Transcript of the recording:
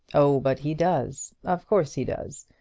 oh, but he does. of course he does.